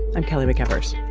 i'm kelly mcevers